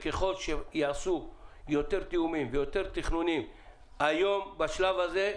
ככל שיעשו יותר תיאומים ותכנונים בשלב הזה,